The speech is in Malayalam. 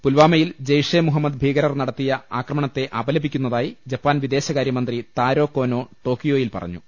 പുൽവാമയിൽ ജയ്ഷെ മുഹമ്മദ് ഭീകരർ നടത്തിയ ആക്രമണത്തെ അപലപിക്കുന്നതായി ജപ്പാൻ വിദേ ശകാര്യ മന്ത്രി താരോ കോനോ ടോക്കിയോയിൽ പറഞ്ഞു